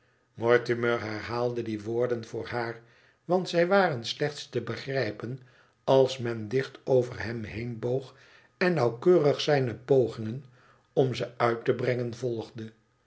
mortimer herhaalde die woorden voor haar want zij waren slechts te begrijpen als men dicht over hem heen boog en nauwkeurig zijne pogingen om ze uit te brengen volgde